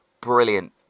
brilliant